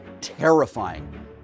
terrifying